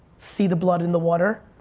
see the blood in the water,